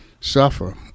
suffer